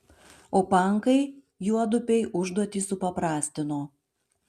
o pankai juodupei užduotį supaprastino